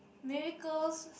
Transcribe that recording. miracles